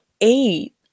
eight